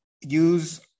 Use